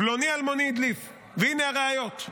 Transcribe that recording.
פלוני אלמוני הדליף, והינה הראיות.